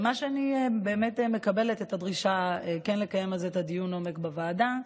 אני באמת מקבלת את הדרישה כן לקיים על זה את דיון העומק בוועדה,